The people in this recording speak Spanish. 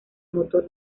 motor